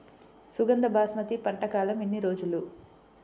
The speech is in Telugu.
సుగంధ బాస్మతి పంట కాలం ఎన్ని రోజులు?